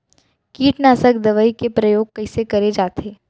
कीटनाशक दवई के प्रयोग कइसे करे जाथे?